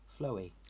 flowy